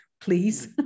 please